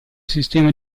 sistema